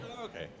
Okay